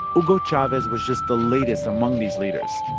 hugo chavez was just the latest among these leaders.